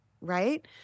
right